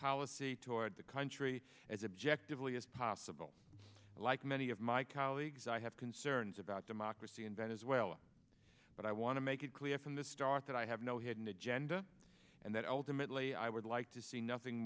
policy toward the country as objectively as possible like many of my colleagues i have concerns about democracy in venezuela but i want to make it clear from the start that i have no hidden agenda and that ultimately i would like to see nothing